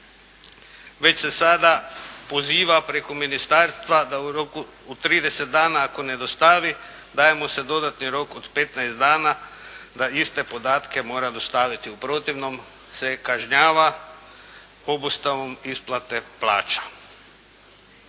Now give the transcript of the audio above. već se sada poziva preko ministarstva da u roku od 30 dana ne dostavi, daje mu se dodatni rok od 15 dana da iste podatke mora dostaviti. U protivnom se kažnjava obustavom isplate plaća.